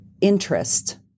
interest